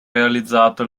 realizzato